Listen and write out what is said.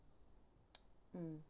mm